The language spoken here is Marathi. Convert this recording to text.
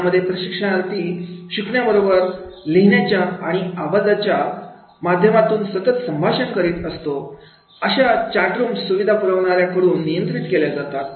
यामध्ये प्रशिक्षणार्थी चिकण्या बरोबर लिहिण्याच्या किंवा आवाजाच्या माध्यमातून सतत संभाषण करीत असतो अशा अशा चाट रूम्स सुविधा पुरवणाऱ्या कडून नियंत्रित केले जातात